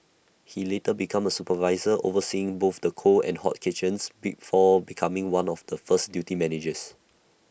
he later became A supervisor overseeing both the cold and hot kitchens before becoming one of the first duty managers